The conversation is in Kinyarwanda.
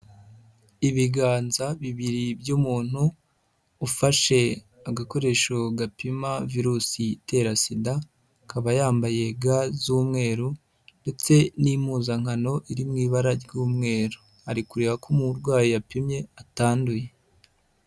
Ibiganza bibiri by'umuntu ufashe agakoresho gapima virusi itera Sida, akaba yambaye ga z'umweru ndetse n'impuzankano iri mu ibara ry'umweru, ari kureba ko umurwayi yapimye atanduye.